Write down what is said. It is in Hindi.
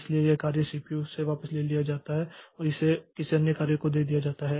इसलिए यह कार्य सीपीयू से वापस ले ली जाती है और इसे किसी अन्य कार्य को दे दिया जाता है